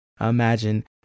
imagine